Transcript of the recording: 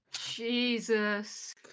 Jesus